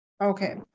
okay